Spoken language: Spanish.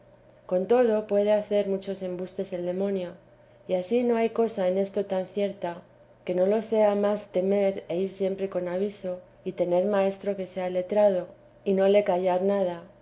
con todo puede hacer muchos embustes el demonio y ansí no hay cosa en esto tan cierta que no lo sea más temer e ir sienípre con aviso y tener maestro que sea letrado y no le callar nada